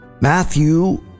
Matthew